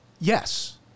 Yes